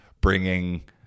bringing